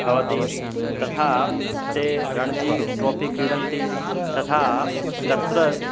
भवति तथा ते रण्जी ट्रोपि क्रीडन्ति तथा तत्र